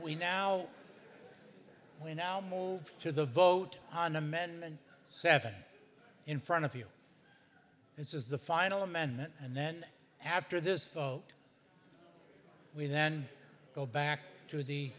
we now we now mold to the vote on amendment seven in front of you this is the final amendment and then after this we then go back to the